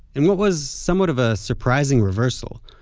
in what was somewhat of a surprising reversal,